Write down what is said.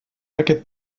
aquest